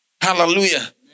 Hallelujah